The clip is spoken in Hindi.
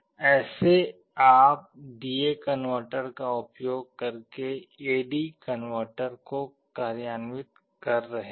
ऐसे आप डी ए कनवर्टर का उपयोग करके ए डी कनवर्टर को क्रियान्वित कर रहे हैं